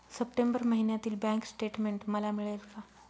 September महिन्यातील bank statement मला मिळेल का?